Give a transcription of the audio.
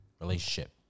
relationship